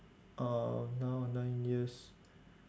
uh now nine years